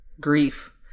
grief